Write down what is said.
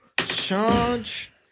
Charge